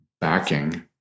backing